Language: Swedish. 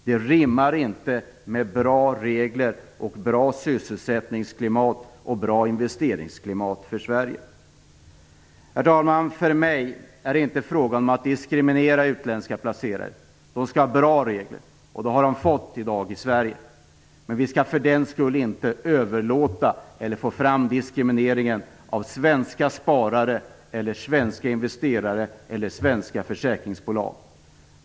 Det rimmar inte med bra regler och bra sysselsättnings och investeringsklimat för Sverige. Herr talman! För mig är det inte fråga om att diskriminera utländska placerare. De skall ha bra regler, och det har de fått i dag i Sverige. Vi skall för den skull inte överlåta eller få fram diskriminering av svenska sparare, svenska investerare eller svenska försäkringsbolag.